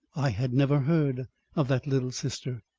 i had never heard of that little sister.